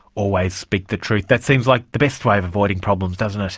always speak the truth that seems like the best way of avoiding problems, doesn't it.